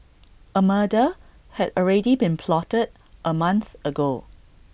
A murder had already been plotted A month ago